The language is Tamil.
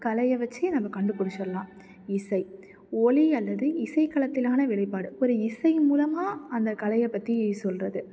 கலையை வைச்சே நம்ம கண்டுபிடிச்சுர்லாம் இசை ஒலி அல்லது இசைக்களத்திலான வெளிப்பாடு ஒரு இசை மூலமாக அந்த கலையைப் பற்றி சொல்கிறது